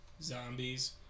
Zombies